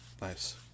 Nice